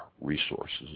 resources